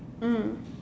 mm